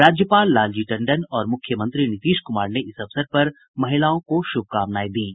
राज्यपाल लालजी टंडन और मुख्यमंत्री नीतीश कुमार ने इस अवसर पर महिलाओं को शुभकामनाएं दी हैं